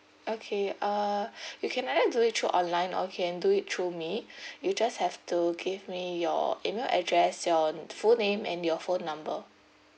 okay uh you can either do it through online or can do it through me you just have to give me your email address your full name and your phone number